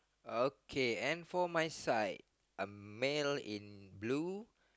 okay and for my side a male in blue